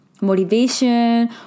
motivation